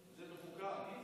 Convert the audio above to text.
זה בחוקה.